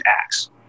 acts